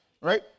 right